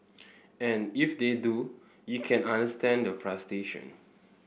and if they do you can understand the frustration